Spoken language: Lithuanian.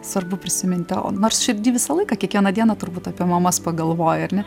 svarbu prisiminti o nors širdy visą laiką kiekvieną dieną turbūt apie mamas pagalvoji ar ne